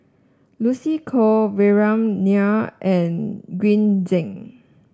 Lucy Koh Vikram Nair and Green Zeng